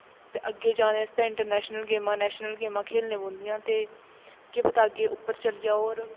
ते अग्गें जाने आस्तै इंट्रनैशनल गेमां नैशनल गेमां खेलने पौंदियां ते केह् पता अग्गें उप्पर चली जाओ होर